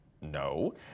no